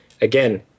Again